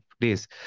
days